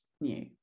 new